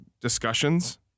discussions